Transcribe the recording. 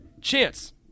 Chance